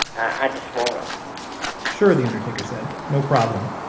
i just want them sure, the undertaker said, no problem.